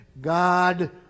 God